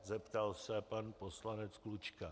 zeptal se pan poslanec Klučka.